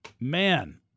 man